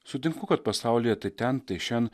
sutinku kad pasaulyje tai ten tai šen